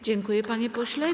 Dziękuję, panie pośle.